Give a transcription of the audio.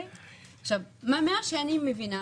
ממה שאני מבינה,